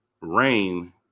rain